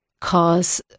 cause